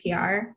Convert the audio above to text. PR